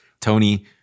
Tony